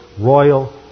royal